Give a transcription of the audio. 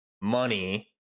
money